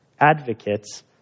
advocates